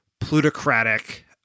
plutocratic